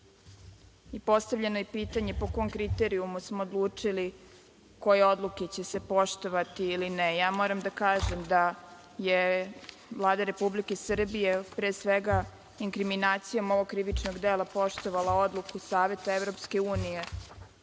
Postavljeno je pitanje – po kom kriterijumu smo odlučili koje odluke će se poštovati ili ne. Moram da kažem da je Vlada Republike Srbije, pre svega, inkriminacijom ovog krivičnog dela poštovala Odluku Saveta Evropske unije